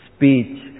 Speech